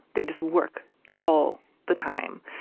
they just work all the time.